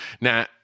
Now